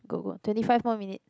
good good twenty five more minute